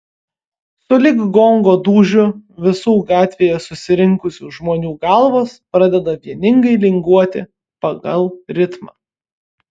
sulig gongo dūžiu visų gatvėje susirinkusių žmonių galvos pradeda vieningai linguoti pagal ritmą